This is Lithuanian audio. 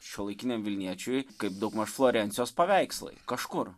šiuolaikiniam vilniečiui kaip daugmaž florencijos paveikslai kažkur